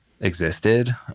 existed